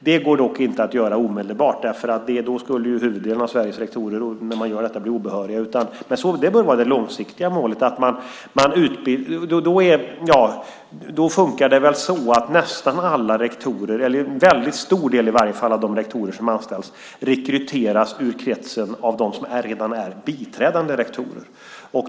Det går dock inte att genomföra omedelbart därför att då skulle huvuddelen av Sveriges rektorer bli obehöriga. Det bör ändå vara det långsiktiga målet. Nästan alla rektorer, i alla fall en väldigt stor del av de rektorer som anställs, rekryteras ur kretsen av redan biträdande rektorer.